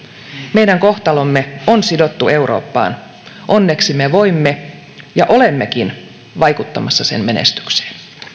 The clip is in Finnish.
meidän kohtalomme on sidottu eurooppaan onneksi me voimme vaikuttaa ja olemmekin vaikuttamassa sen menestykseen